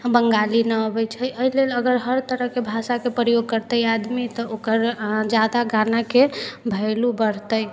बङ्गाली नहि अबै छै एहि लेल अगर हर तरहके भाषाके प्रयोग करतै आदमी तऽ ओकर जादा गानाके वेल्यु बढ़तै